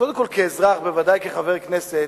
קודם כול כאזרח, בוודאי כחבר הכנסת,